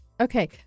Okay